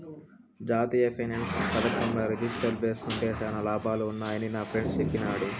జాతీయ పెన్సన్ పదకంల రిజిస్టర్ జేస్కుంటే శానా లాభాలు వున్నాయని నాఫ్రెండ్ చెప్పిన్నాడు